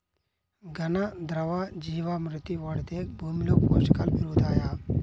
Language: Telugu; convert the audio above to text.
ఘన, ద్రవ జీవా మృతి వాడితే భూమిలో పోషకాలు పెరుగుతాయా?